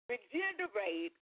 Regenerate